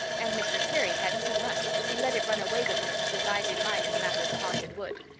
and mr. terry had too much he let it run away with him just as i did mine in the matter of the haunted wood.